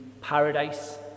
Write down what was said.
paradise